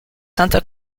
santa